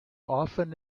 often